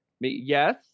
Yes